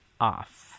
off